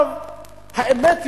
האמת היא,